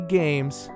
games